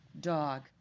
dog